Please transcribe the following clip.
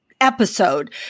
episode